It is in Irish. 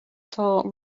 atá